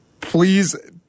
please